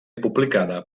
publicada